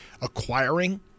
acquiring